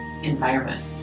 environment